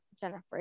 Jennifer